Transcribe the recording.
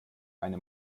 eine